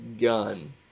gun